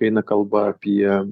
eina kalba apie